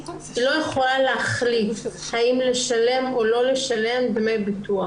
לא יכולה להחליט האם לשלם או לא לשלם דמי ביטוח